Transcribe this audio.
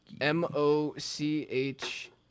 M-O-C-H